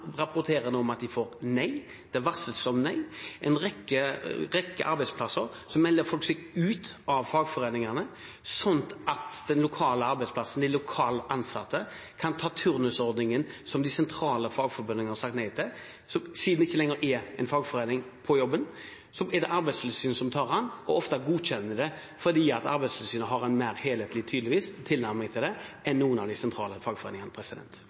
rapporterer nå om at de får nei, og at det varsles om nei. På en rekke arbeidsplasser melder folk seg ut av fagforeningene, sånn at den lokale arbeidsplassen og de lokalt ansatte kan ta turnusordningen som de sentrale fagforeningene har sagt nei til. Siden det ikke lenger er en fagforening på jobben, er det Arbeidstilsynet som tar seg av dette og ofte godkjenner det fordi Arbeidstilsynet – tydeligvis – har en mer helhetlig tilnærming til dette enn noen av de sentrale fagforeningene.